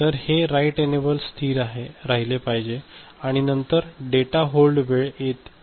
तर हे write enable स्थिर राहिले पाहिजे आणि नंतर डेटा होल्ड वेळ येईल